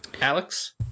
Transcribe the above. Alex